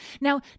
Now